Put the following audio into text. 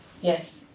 yes